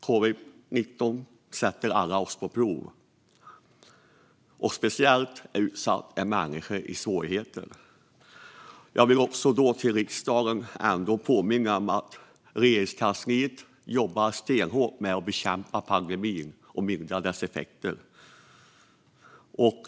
Covid-19 sätter oss alla på prov, och speciellt utsatta är människor i svårigheter. Jag vill påminna riksdagen om att Regeringskansliet jobbar stenhårt med att bekämpa pandemin och mildra dess effekter.